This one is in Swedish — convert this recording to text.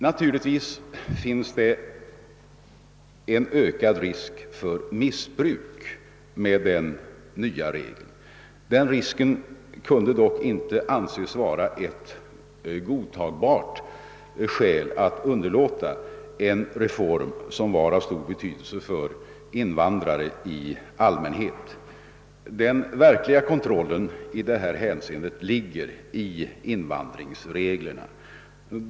Naturligtvis finns det en ökad risk för missbruk med den nya regeln. Den risken kunde dock inte anses vara ett godtagbart skäl för att underlåta att genomföra en reform som var av stor betydelse för invandrare i allmänhet. Den verkliga kontrollen i detta hänseende ligger i invandringsreglerna.